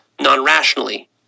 non-rationally